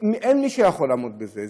אין מי שיכול לעמוד בזה.